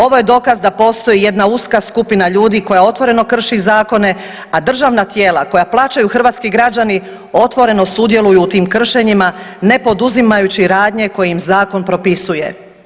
Ovo je dokaz da postoji jedna uska skupina ljudi koja otvoreno krši zakone, a državna tijela koja plaćaju hrvatski građani, otvoreno sudjeluju u tim kršenjima ne poduzimajući radnje koje im zakon propisuje.